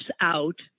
out